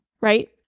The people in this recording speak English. Right